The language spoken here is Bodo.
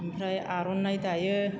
ओमफ्राय आर'नाइ दायो